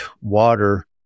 water